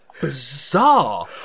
bizarre